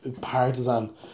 partisan